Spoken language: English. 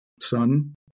son